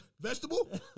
Vegetable